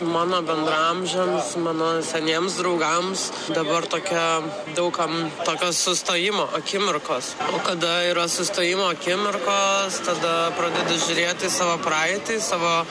mano bendraamžiams mano seniems draugams dabar tokia daug kam tokios sustojimo akimirkos o kada yra sustojimo akimirkos tada pradedi žiūrėt į savo praeitį į savo